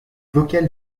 vocale